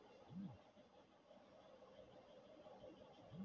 కిందటేడొచ్చిన లాభంతో యీ యేడు కూడా రొయ్యల చెరువు సాగే చేద్దామనుకుంటున్నా